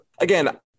again